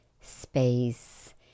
space